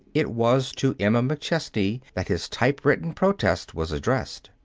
it was to emma mcchesney that his typewritten protest was addressed.